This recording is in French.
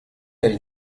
est